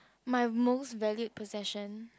my most valued possession